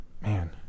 man